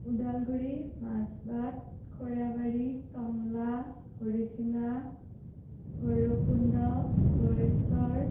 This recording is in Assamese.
ওদালগুৰি মাজবাট খৈৰাবাৰী টংলা হৰিচিঙা ভৈৰৱকুণ্ড গৰেশ্বৰ